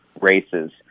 races